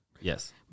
Yes